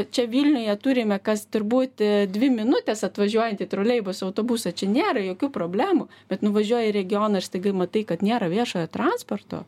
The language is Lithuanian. čia vilniuje turime kas turbūt dvi minutės atvažiuojant į troleibusą autobusą čia nėra jokių problemų bet nuvažiuoji į regioną ir staiga matai kad nėra viešojo transporto